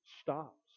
stops